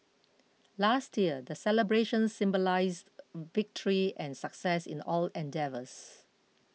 last year the celebrations symbolised victory and success in all endeavours